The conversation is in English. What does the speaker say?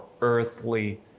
earthly